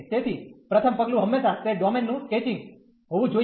તેથી પ્રથમ પગલું હંમેશા તે ડોમેન નું સ્કેચિંગ હોવું જોઈએ